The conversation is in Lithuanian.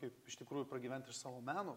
kaip iš tikrųjų pragyvent iš savo meno